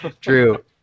True